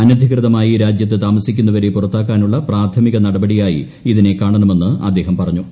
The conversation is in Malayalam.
അനധികൃതമായി രാജ്യത്ത് താമസിക്കുന്നവരെ പുറത്താക്കാനുള്ള പ്രാഥമിക നടപടിയായി ഇതിനെ കാണണമെന്ന് അദ്ദേഹം പറഞ്ഞു